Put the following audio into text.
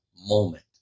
moment